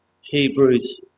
Hebrews